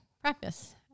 practice